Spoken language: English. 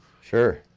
Sure